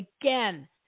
Again